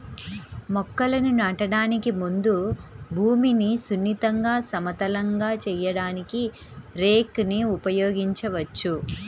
మొక్కలను నాటడానికి ముందు భూమిని సున్నితంగా, సమతలంగా చేయడానికి రేక్ ని ఉపయోగించవచ్చు